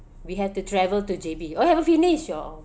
we have to travel to J_B oh haven't finish ya